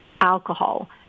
alcohol